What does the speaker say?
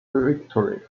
victory